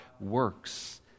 works